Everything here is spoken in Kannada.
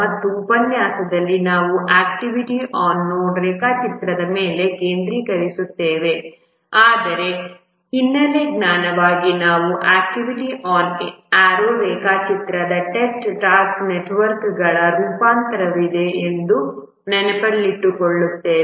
ಮತ್ತು ಈ ಉಪನ್ಯಾಸದಲ್ಲಿ ನಾವು ಆಕ್ಟಿವಿಟಿ ಆನ್ ನೋಡ್ ರೇಖಾಚಿತ್ರದ ಮೇಲೆ ಕೇಂದ್ರೀಕರಿಸುತ್ತೇವೆ ಆದರೆ ಹಿನ್ನೆಲೆ ಜ್ಞಾನವಾಗಿ ನಾವು ಆಕ್ಟಿವಿಟಿ ಆನ್ ಆರೋ ರೇಖಾಚಿತ್ರದ ಟೆಸ್ಟ್ ಟಾಸ್ಕ್ ನೆಟ್ವರ್ಕ್ಗಳ ರೂಪಾಂತರವಿದೆ ಎಂದು ನೆನಪಿನಲ್ಲಿಟ್ಟುಕೊಳ್ಳುತ್ತೇವೆ